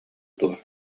дуо